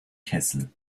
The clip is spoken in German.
kessel